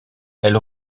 elle